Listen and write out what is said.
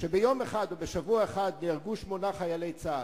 שביום אחד, או בשבוע אחד, נהרגו שמונה חיילי צה"ל.